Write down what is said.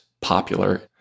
popular